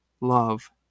love